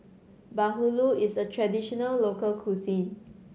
bahulu is a traditional local cuisine